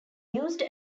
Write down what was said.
used